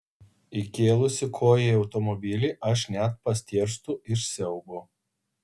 įkėlusi koją į automobilį aš net pastėrstu iš siaubo